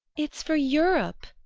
it's for europe,